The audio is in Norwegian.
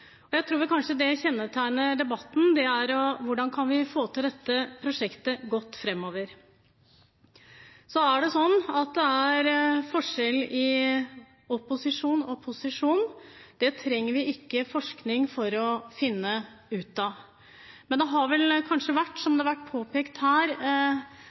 framover. Jeg tror kanskje det som kjennetegner debatten, er: Hvordan kan vi få til dette prosjektet godt framover? Det er forskjell på å være i opposisjon og i posisjon. Det trenger vi ikke forskning for å finne ut av, men det har vel kanskje vært, som det har vært påpekt her,